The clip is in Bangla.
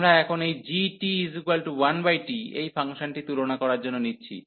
আমরা এখন এই g 1t এই ফাংশনটি তুলনা করার জন্য নিচ্ছি